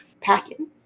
packing